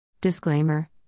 Disclaimer